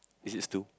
is it Stu